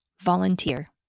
Volunteer